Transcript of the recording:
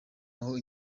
aho